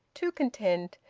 too content,